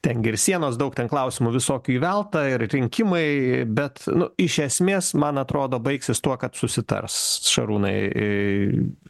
ten gi ir sienos daug ten klausimų visokių įvelta ir rinkimai bet nu iš esmės man atrodo baigsis tuo kad susitars šarūnai